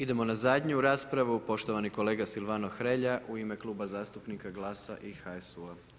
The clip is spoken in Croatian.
Idemo na zadnju raspravu, poštovani kolega Silvano Hrelja, u ime Kluba zastupnika GLAS-a i HSU-a.